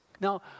Now